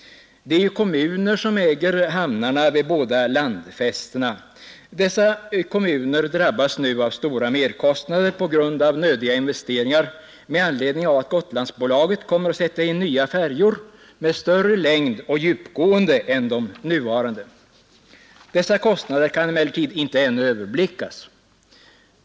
Det är ju kommuner som äger hamnarna vid båda landfästena. Dessa kommuner drabbas nu av stora merkostnader på grund av nödvändiga investeringar med anledning av att Gotlandsbolaget kommer att sätta in nya färjor med större längd och djupgående än de nuvarande. Dessa kostnader kan emellertid inte ännu överblickas.